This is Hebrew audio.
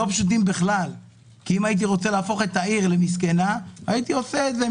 אם הייתי רוצה להפוך את העיר למסכנה הייתי עושה את זה עם